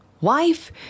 Wife